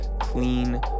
clean